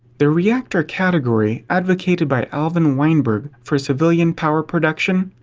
the reactor category advocated by alvin weinberg for civilian power production,